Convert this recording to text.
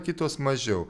kitos mažiau